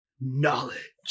knowledge